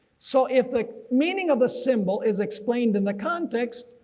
so, if the meaning of the symbol is explained in the context,